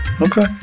Okay